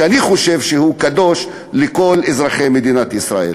שאני חושב שהוא קדוש לכל אזרחי מדינת ישראל.